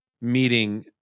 meeting